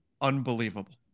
unbelievable